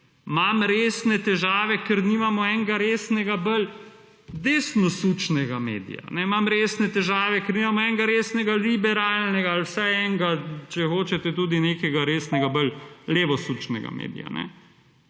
Imam resne težave, ker nimamo enega resnega bolj desnosučnega medija. Imam resne težave, ker nimamo enega resnega liberalnega ali vsaj enega, če hočete tudi, nekega resnega bolj… / znak za